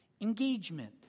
Engagement